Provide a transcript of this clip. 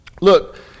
Look